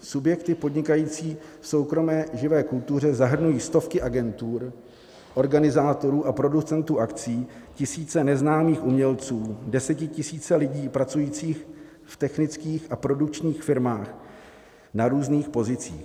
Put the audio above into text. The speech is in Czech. Subjekty podnikající v soukromé živé kultuře zahrnují stovky agentur, organizátorů a producentů akcí, tisíce neznámých umělců, desetitisíce lidí pracujících v technických a produkčních firmách na různých pozicích.